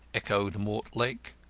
echoed mortlake,